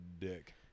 dick